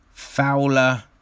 Fowler